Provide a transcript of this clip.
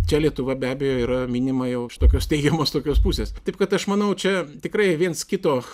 čia lietuva be abejo yra minima jau iš tokios teigiamos tokios pusės taip kad aš manau čia tikrai viens kito